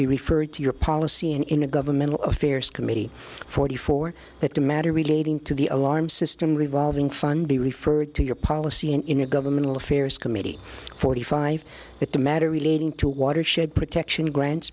be referred to your policy and in a governmental affairs committee forty four that the matter relating to the alarm system revolving fund be referred to your policy and in a governmental affairs committee forty five that the matter relating to watershed protection grants